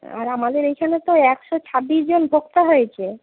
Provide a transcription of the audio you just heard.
আর আমাদের এইখানে তো একশো ছাব্বিশ জন ভক্ত হয়েছে